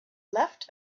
left